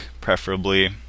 preferably